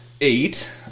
eight